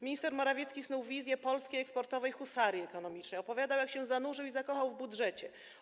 Minister Morawiecki snuł wizję polskiej eksportowej husarii ekonomicznej, opowiadał, jak się zanurzył i zakochał w budżecie.